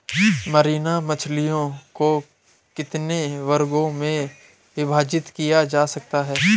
Marine मछलियों को कितने वर्गों में विभाजित किया जा सकता है?